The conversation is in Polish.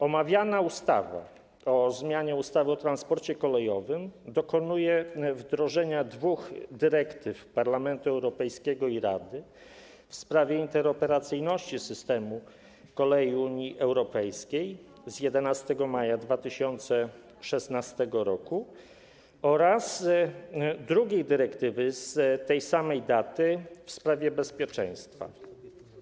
Omawiana ustawa o zmianie ustawy o transporcie kolejowym dokonuje wdrożenia dwóch dyrektyw Parlamentu Europejskiego i Rady: w sprawie interoperacyjności systemu kolei Unii Europejskiej z 11 maja 2016 r. oraz, z tą samą datą, w sprawie bezpieczeństwa.